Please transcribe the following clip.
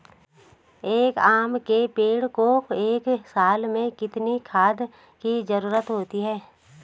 एक आम के पेड़ को एक साल में कितने खाद की जरूरत होती है?